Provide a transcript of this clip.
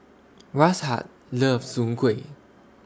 Rashaad loves Soon Kway